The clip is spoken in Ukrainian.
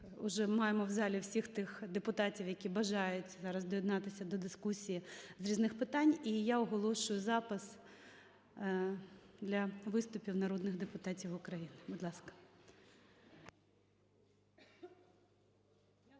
вже маємо в залі всіх тих депутатів, які бажають зараз доєднатися до дискусії "з різних питань". І я оголошую запис для виступів народних депутатів України. Будь ласка.